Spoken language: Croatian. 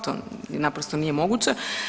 To naprosto nije moguće.